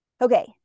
Okay